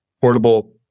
portable